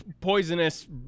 poisonous